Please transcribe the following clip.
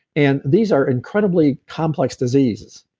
and these are incredibly complex diseases,